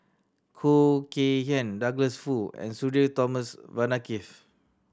Khoo Kay Hian Douglas Foo and Sudhir Thomas Vadaketh